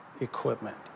equipment